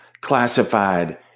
classified